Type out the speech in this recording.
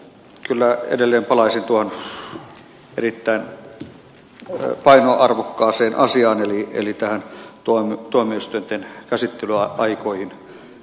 kyllä edelleen palaisin tuohon erittäin painoarvokkaaseen asiaan eli tuomioistuinten käsittelyaikoihin